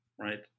right